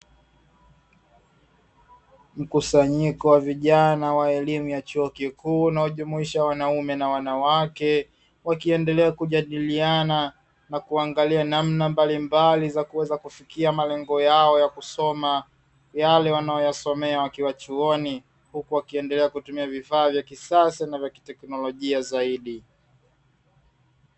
Mkusanyiko wa vijana wa elimu ya chuo kikuu unaojumuisha wanaume na wanawake, wakiendelea kujadiliana na kungalia namna mbalimbali za kuweza kufikia malengo yao ya kusoma yale wanayosomea wakiwa chuoni, huku wakiendelea kutumia vifaa vya kisasa na vya kitekinolojia zaidi.